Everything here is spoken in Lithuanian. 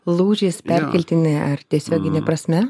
lūžis perkeltine ar tiesiogine prasme